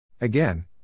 Again